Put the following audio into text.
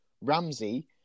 Ramsey